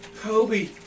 Kobe